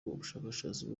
ubushakashatsi